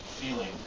feeling